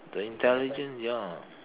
the intelligence ya